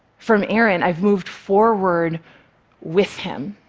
from aaron, i've moved forward with him.